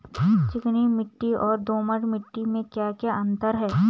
चिकनी मिट्टी और दोमट मिट्टी में क्या क्या अंतर है?